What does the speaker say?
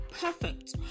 perfect